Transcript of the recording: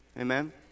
Amen